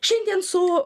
šiandien su